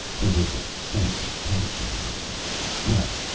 there was a sense of tension in the air no,